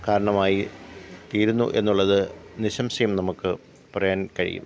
കാരണമായി തീരുന്നു എന്നുള്ളത് നിസ്സംശയം നമുക്ക് പറയാന് കഴിയും